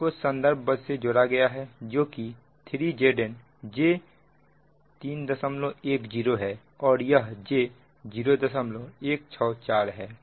इसको संदर्भ बस से जोड़ा गया है जो कि 3Zn j310 है और यह j0164 है